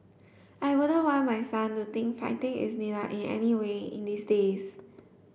I wouldn't want my son to think fighting is needed in any way in these days